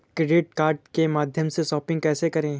Credit card के माध्यम से शॉपिंग कैसे करें?